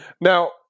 Now